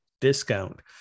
discount